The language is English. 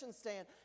stand